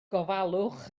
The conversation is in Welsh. gofalwch